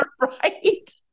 Right